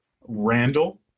Randall